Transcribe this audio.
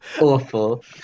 Awful